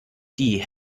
die